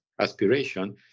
aspiration